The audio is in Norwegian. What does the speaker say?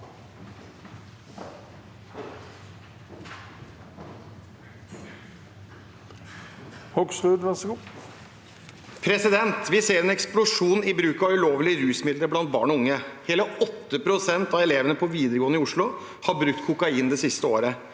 Vi ser en eksplosjon i bruk av ulovlige rusmidler blant barn og unge. Hele 8 pst. av elevene på videregående i Oslo har brukt kokain det siste året